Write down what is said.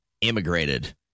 immigrated